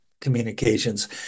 communications